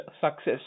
success